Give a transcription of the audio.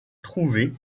trouvés